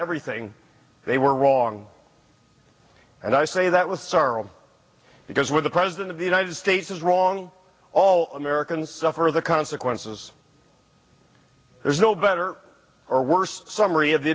everything they were wrong and i say that with sorrow because when the president of the united states is wrong all americans suffer the consequences there's no better or worse summary